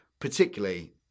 particularly